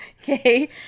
okay